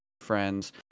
friends